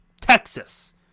Texas